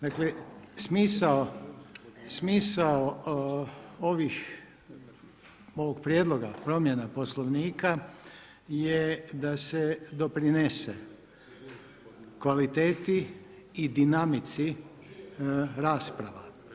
Dakle, smisao ovih, ovog prijedloga promjena Poslovnika je da se doprinese kvaliteti i dinamici rasprava.